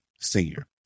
senior